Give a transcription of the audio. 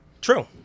True